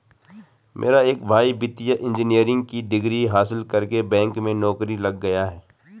मेरा एक भाई वित्तीय इंजीनियरिंग की डिग्री हासिल करके बैंक में नौकरी लग गया है